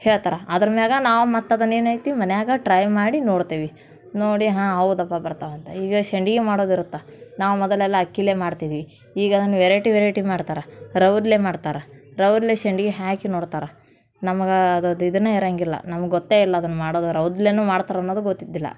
ಹೇಳ್ತಾರೆ ಅದ್ರ ಮ್ಯಾಲ ನಾವು ಮತ್ತೆ ಅದನ್ನು ಏನೈತಿ ಮನ್ಯಾಗೆ ಟ್ರೈ ಮಾಡಿ ನೋಡ್ತೇವೆ ನೋಡಿ ಹಾಂ ಹೌದಪ್ಪ ಬರ್ತವೆ ಅಂತ ಈಗ ಸಂಡ್ಗೆ ಮಾಡೋದು ಇರುತ್ತೆ ನಾವು ಮೊದಲೆಲ್ಲ ಅಕ್ಕಿಯಲ್ಲೆ ಮಾಡ್ತಿದ್ವಿ ಈಗ ಅದನ್ನು ವೆರೈಟಿ ವೆರೈಟಿ ಮಾಡ್ತಾರೆ ರವೆದ್ಲೆ ಮಾಡ್ತಾರೆ ರವೆದ್ಲೆ ಸೆಂಡ್ಗಿ ಹಾಕಿ ನೋಡ್ತಾರೆ ನಮ್ಗೆ ಅದ್ರದ್ ಇದೇ ಇರೋಂಗಿಲ್ಲ ನಮ್ಗೆ ಗೊತ್ತೇ ಇಲ್ಲ ಅದನ್ನು ಮಾಡೋದಾರೆ ರವ್ದ್ಲೆ ಮಾಡ್ತಾರನ್ನೋದು ಗೊತ್ತಿದ್ದಿಲ್ಲ